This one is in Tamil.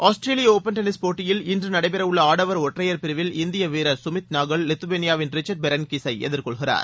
ஆஸ்திரேலியஒப்பன் டென்னிஸ் போட்டியில் இன்றுநடைபெறவுள்ளஆடவர் ஒற்றையர் பிரிவில் இந்தியவீரர் சுமித் நாகல் லிதவேனியாவின் ரிச்சர்டுபெரன்கிஸ் ஐ எதிர்கொள்கிறார்